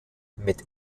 mit